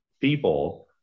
people